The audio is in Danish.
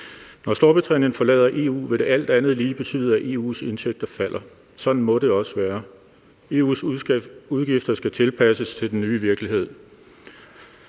Når Storbritannien forlader EU, vil det alt andet lige betyde, at EU's indtægter falder. Sådan må det også være. EU's udgifter skal tilpasses til den nye virkelighed.